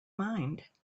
mind